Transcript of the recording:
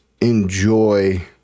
enjoy